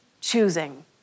choosing